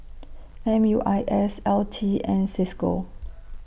M U I S L T and CISCO